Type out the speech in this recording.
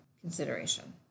consideration